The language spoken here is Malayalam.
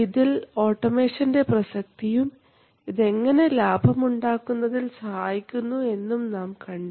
ഇതിൽ ഓട്ടോമേഷൻറെ പ്രസക്തിയും ഇതെങ്ങനെ ലാഭം ഉണ്ടാക്കുന്നതിൽ സഹായിക്കുന്നു എന്നും നാം കണ്ടു